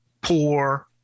poor